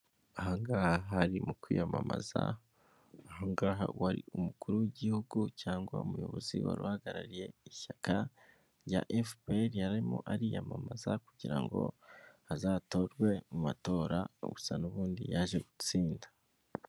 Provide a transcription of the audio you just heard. Aha ngaha mu kwiyamamazaha wari umukuru w'igihugu cyangwa umuyobozi wari uhagarariye ishyaka rya FPR yarimo ariyamamaza kugira ngo azatorwe mu matora gusa n'ubundi yaje gutsinda.